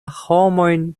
homojn